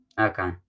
Okay